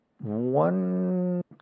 one